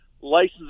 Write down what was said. license